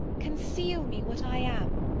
conceal me what i am,